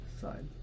side